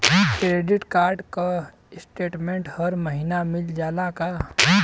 Credit card क statement हर महिना मिल जाला का?